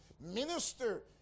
minister